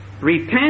Repent